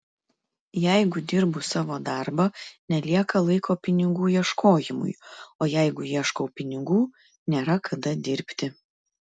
jeigu dirbu savo darbą nelieka laiko pinigų ieškojimui o jeigu ieškau pinigų nėra kada dirbti